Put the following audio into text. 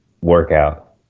workout